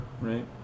right